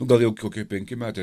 nu gal jau kokie penki metai